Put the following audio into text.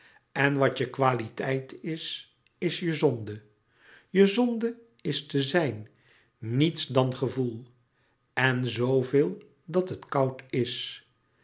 en wat je kwaliteit is is je zonde je zonde is te zijn niets dan gevoel en zooveel dat het koud is